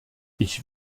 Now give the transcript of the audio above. ich